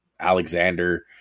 Alexander